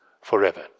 forever